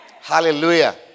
Hallelujah